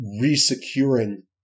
re-securing